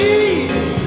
Jesus